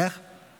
השר פה.